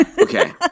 Okay